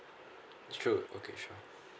true okay sure